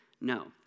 No